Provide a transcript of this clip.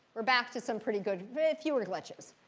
we're back to some pretty good fewer glitches.